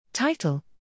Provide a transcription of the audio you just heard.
Title